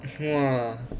!wah!